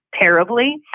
terribly